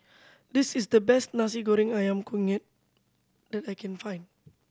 this is the best Nasi Goreng Ayam Kunyit that I can find